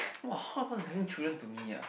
!wow! how much is having children to me ah